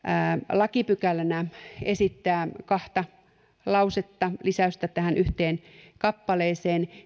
lakipykälänä esittää kahta lausetta lisäystä tähän yhteen kappaleeseen